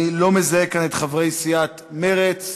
אני לא מזהה כאן את חברי סיעת מרצ,